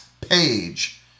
page